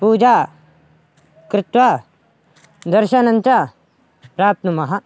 पूजां कृत्वा दर्शनं च प्राप्नुमः